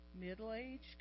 middle-aged